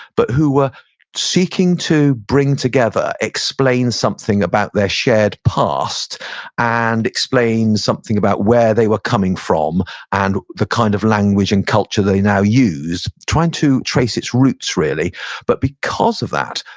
but who were seeking to bring together, explain about their shared past and explain something about where they were coming from and the kind of language and culture they now use, trying to trace its roots really but because of that,